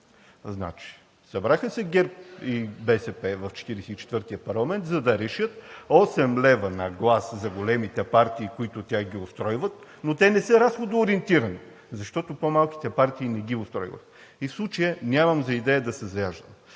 имало? Събраха се ГЕРБ и БСП в 44-тия парламент, за да решат осем лева на глас за големите партии, които тях ги устройват, но те не са разходоориентирани, защото по малките партии не ги устройва. В случая нямам за идея да се заяждам.